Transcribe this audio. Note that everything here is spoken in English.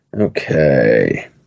Okay